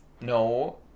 No